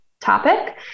topic